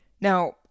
Now